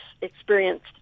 experienced